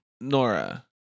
Nora